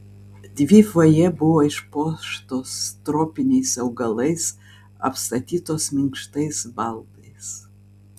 dvi fojė buvo išpuoštos tropiniais augalais apstatytos minkštais baldais